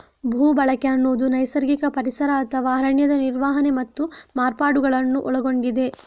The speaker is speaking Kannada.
ಭೂ ಬಳಕೆ ಅನ್ನುದು ನೈಸರ್ಗಿಕ ಪರಿಸರ ಅಥವಾ ಅರಣ್ಯದ ನಿರ್ವಹಣೆ ಮತ್ತು ಮಾರ್ಪಾಡುಗಳನ್ನ ಒಳಗೊಂಡಿದೆ